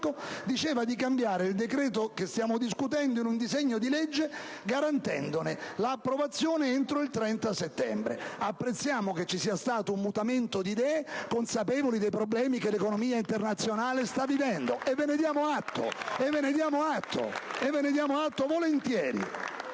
diceva di cambiare il decreto che stiamo discutendo in un disegno di legge, garantendone l'approvazione entro il 30 settembre. Apprezziamo che ci sia stato un mutamento di idee, consapevoli dei problemi che l'economia internazionale sta vivendo, e ve ne diamo atto volentieri.